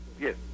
Yes